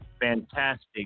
fantastic